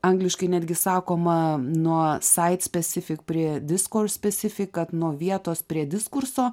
angliškai netgi sakoma nuo saits specifik prie diskors specifik kad nuo vietos prie diskurso